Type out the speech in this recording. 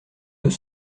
deux